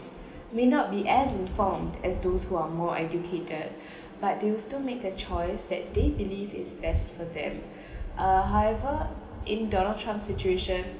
may not be as informed as those who are more educated but they will still make a choice that they believe is best for them uh however in donald trump situation